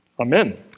Amen